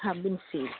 ഹാ ബിൻസി